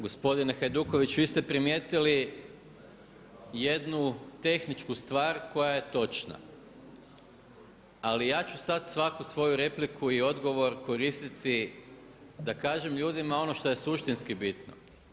Gospodine Hajduković, vi ste primijetili jednu tehničku stvar koja je točna, ali ja ću sada svaku svoju repliku i odgovor koristiti da kažem ljudima ono što je suštinski bitno.